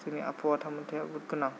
जोंनि आबहावा थामोन्थायाबो गोनां